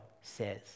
says